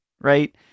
right